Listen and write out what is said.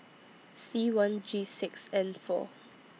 C one G six N four